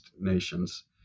nations